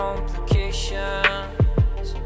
Complications